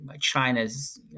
China's